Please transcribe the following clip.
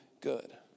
good